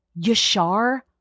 Yashar